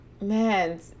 man